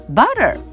butter